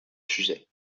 sujet